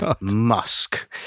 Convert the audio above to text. Musk